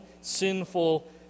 sinful